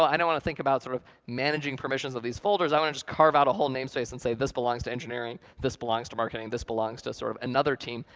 i don't want to think about sort of managing permissions of these folders. i want to to carve out a whole namespace and say, this belongs to engineering, this belongs to marketing, this belongs to sort of another team.